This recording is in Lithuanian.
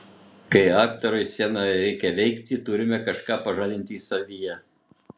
kai aktoriui scenoje reikia veikti turime kažką pažadinti savyje